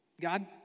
God